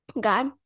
God